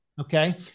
Okay